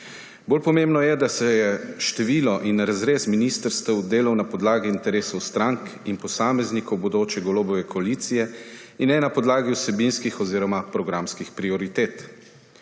Bolj pomembno je, da se je število in razrez ministrstev delal na podlagi interesov strank in posameznikov bodoče Golobove koalicije in ne na podlagi vsebinskih oziroma programskih prioritet.